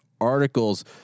articles